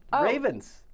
Ravens